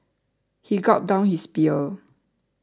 he gulped down his beer